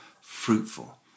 fruitful